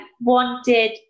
wanted